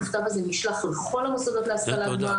המכתב הזה נשלח לכל המוסדות להשכלה גבוהה,